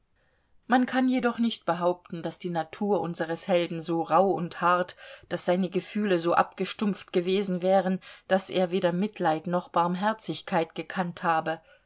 man kann jedoch nicht behaupten daß die natur unseres helden so rauh und hart daß seine gefühle so abgestumpft gewesen wären daß er weder mitleid noch barmherzigkeit gekannt habe